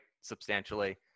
substantially